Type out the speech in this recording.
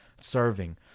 serving